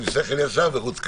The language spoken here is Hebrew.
עם שכל ישר ורוץ קדימה.